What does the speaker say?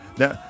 now